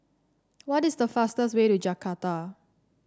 what is the fastest way to Jakarta